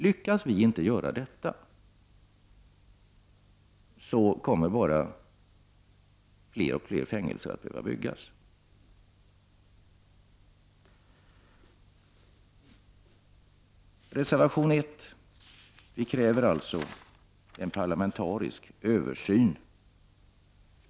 Lyckas vi inte göra detta, så kommer bara fler och fler fängelser att behöva byggas. I reservation 1 kräver vi alltså en parlamentarisk översyn.